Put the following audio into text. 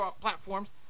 platforms